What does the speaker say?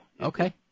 Okay